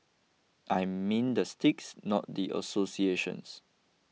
I mean the sticks not the associations